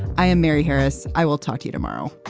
i am mary harris. i will talk to you tomorrow